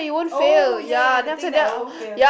oh ya ya ya the thing that I won't fail